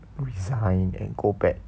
resign and go back